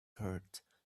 heart